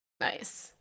Nice